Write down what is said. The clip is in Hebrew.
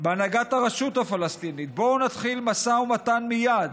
בהנהגת הרשות הפלסטינית: בואו נתחיל משא ומתן מייד,